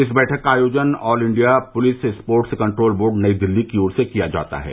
इस बैठक का आयोजन all India police sports control board Nai Delhi को ओर से किया जाता है